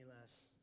less